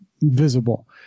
visible